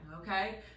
Okay